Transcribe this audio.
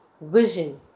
Vision